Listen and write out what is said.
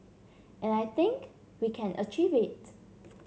and I think we can achieve it